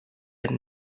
been